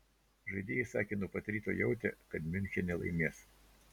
žaidėjai sakė nuo pat ryto jautę kad miunchene laimės